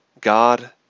God